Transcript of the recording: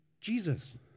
Jesus